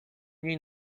niej